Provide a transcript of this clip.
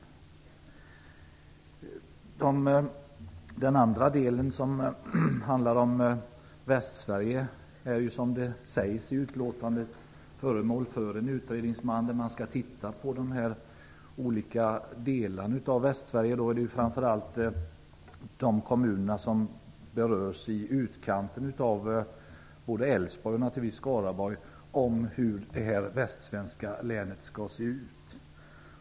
Den andra delen, som handlar om Västsverige, är som det sägs i utlåtandet föremål för en utredning. Man skall titta på de olika delarna av Västsverige och se hur detta västsvenska län skall se ut. Det är framför allt kommunerna i utkanten av både Älvsborgs län och naturligtvis Skaraborgs län som berörs.